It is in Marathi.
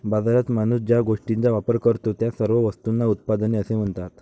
बाजारात माणूस ज्या गोष्टींचा वापर करतो, त्या सर्व वस्तूंना उत्पादने असे म्हणतात